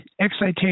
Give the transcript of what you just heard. Excitation